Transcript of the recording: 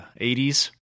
80s